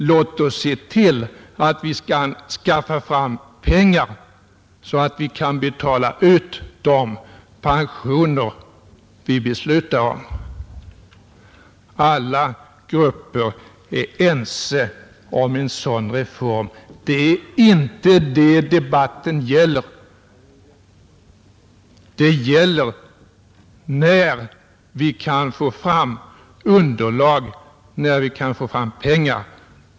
Låt oss se till att vi skaffar fram pengar så att vi kan betala ut de pensioner som vi beslutar om. Alla grupper är ense om en sådan reform Det är inte detta debatten gäller, utan den gäller när vi kan få fram underlag för ett beslut och när vi kan få fram pengar.